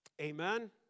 Amen